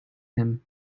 him